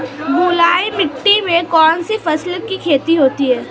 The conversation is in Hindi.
बलुई मिट्टी में कौनसी फसल की खेती होती है?